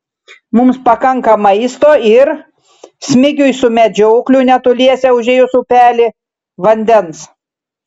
mums pakanka maisto ir smigiui su medžiokliu netoliese užėjus upelį vandens